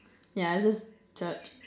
yeah just church